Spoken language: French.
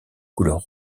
couleur